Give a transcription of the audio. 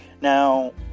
Now